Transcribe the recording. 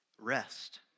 rest